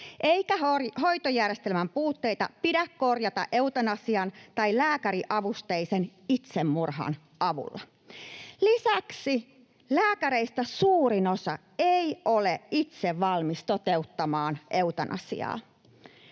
eikä hoitojärjestelmän puutteita pidä korjata eutanasian tai lääkäriavusteisen itsemurhan avulla. Lisäksi lääkäreistä suurin osa ei ole itse valmis toteuttamaan eutanasiaa.